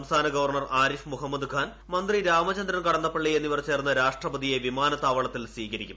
സംസ്ഥാന ഗവർണർ ആരിഫ് മുഹമ്മദ് ഖാൻ മന്ത്രി രാമചന്ദ്രൻ കടന്നപ്പള്ളി എന്നിവർ ചേർന്ന് രാഷ്ട്രപതിയെ വിമാനത്താവളത്തിൽ സ്കൂീകരിക്കും